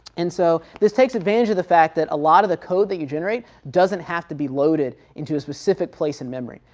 and so this takes advantage of the fact that a lot of the code that you generate, doesn't have to be loaded into a specific place in memory,